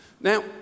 Now